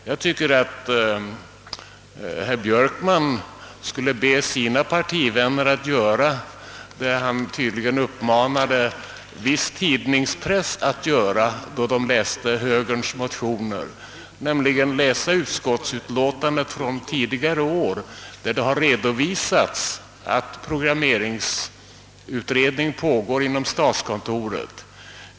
Jag tycker att herr Björkman skulle be sina partivänner att göra vad han tydligen uppmanar viss tidningspress att göra vid läsningen av högerns motioner, nämligen att läsa utskottsutlåtandet från tidigare år, där det redovisas att programmeringsutredning pågår inom statskontoret.